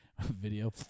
Video